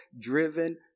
driven